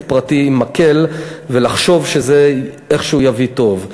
פרטי עם מקל ולחשוב שזה איכשהו יביא טוב.